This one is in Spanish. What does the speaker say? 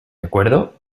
acuerdo